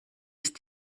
ist